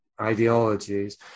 ideologies